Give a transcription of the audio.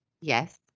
Yes